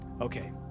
okay